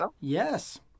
Yes